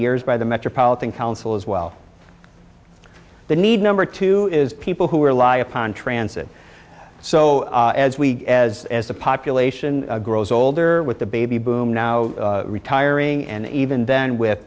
years by the metropolitan council as well the need number two is people who rely upon transit so as we as as the population grows older with the baby boom now retiring and even then